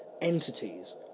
entities